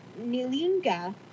Nilinga